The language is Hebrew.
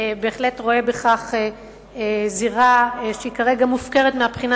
בהחלט רואה בכך זירה שהיא כרגע מופקרת מהבחינה